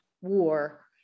war